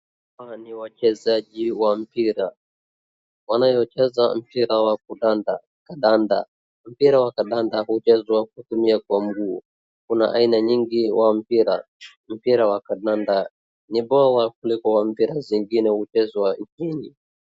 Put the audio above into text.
Hapa ni wachezaji wa mpira wanayocheza mpira wa kandanda. Mpira wa kandanda huchezwa kutumia kwa mguu. Kuna aina nyingi wa mpira. Mpira wa kandanda ni bora kuliko wa mpira zingine huchezwa nchini.